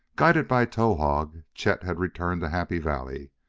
guided by towahg, chet had returned to happy valley.